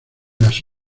las